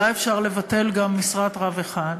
אולי אפשר לבטל גם משרת רב אחד?